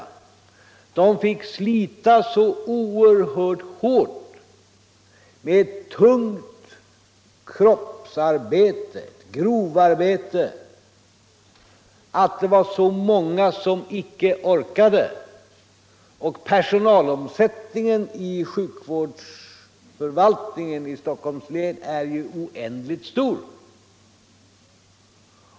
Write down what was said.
Människorna fick slita så oerhört hårt med tungt kroppsarbete, grovarbete, att det var väldigt många som inte orkade. Och personalomsättningen i sjukvårdsförvaltningen i Stockholms län är oändligt stor.